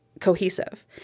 cohesive